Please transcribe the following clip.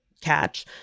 catch